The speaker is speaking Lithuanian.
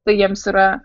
tai jiems yra